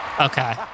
Okay